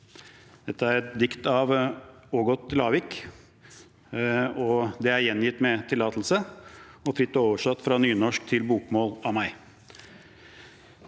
Dette er et dikt av Ågot Lavik. Det er gjengitt med tillatelse og fritt oversatt fra nynorsk til bokmål av meg.